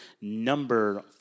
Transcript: number